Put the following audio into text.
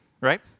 right